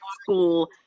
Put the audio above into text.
school